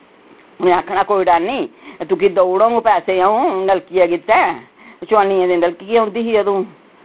उ'नें आखना कोई डर निं तुकी देई ओड़ पैसे अऊं नलकियें गितै चोआनियै दी नलकी औंदी ही अदूं